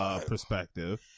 perspective